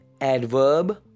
adverb